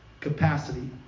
capacity